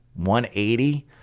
$180